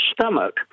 stomach